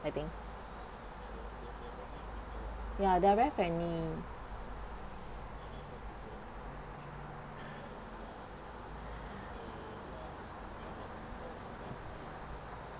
I think ya they're very friendly